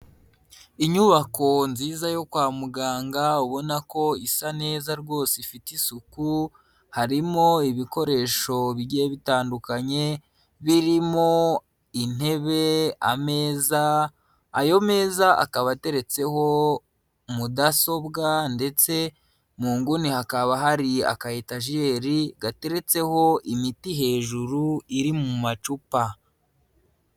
Inyubako nziza yo kwa muganga ubona ko isa neza rwose ifite isuku, harimo ibikoresho bigiye bitandukanye birimo intebe, ameza, ayo meza akaba ateretseho mudasobwa ndetse mu nguni hakaba hari akayetajeri gateretseho imiti hejuru iri mu macupa.